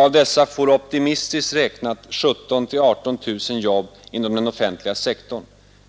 Av dessa får optimistiskt räknat 17 000—-18 000 jobb inom den offentliga sektorn.